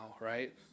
right